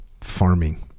farming